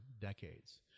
decades